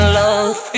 love